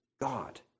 God